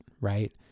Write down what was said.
Right